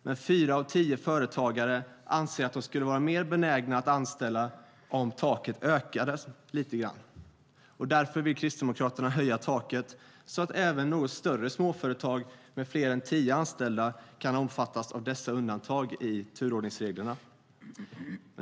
Men fyra av tio företagare anser att de skulle vara mer benägna att anställa om taket höjdes lite grann. Därför vill Kristdemokraterna höja taket, så att även något större småföretag med fler än tio anställda kan omfattas av detta undantag i turordningsreglerna.